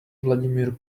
vladimir